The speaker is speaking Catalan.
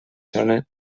són